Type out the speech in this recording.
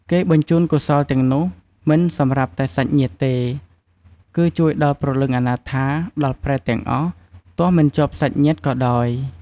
គេបញ្ជូនកុសលទាំងនោះមិនសម្រាប់តែសាច់ញាតិទេ គឺជួយដល់ព្រលឹងអនាថា ដល់ប្រេតទាំងអស់ ទោះមិនជាប់សាច់ញាតិក៏ដោយ។